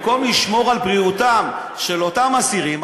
במקום לשמור על בריאותם של אותם אסירים,